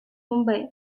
mumbai